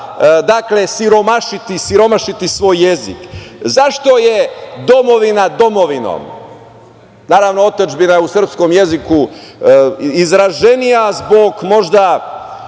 ne treba siromašiti svoj jezik.Zašto je domovina domovinom? Naravno, otadžbina je u srpskom jeziku izraženija zbog možda